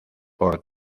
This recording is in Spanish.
por